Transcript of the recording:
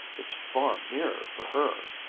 it's far nearer for her.